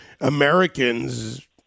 Americans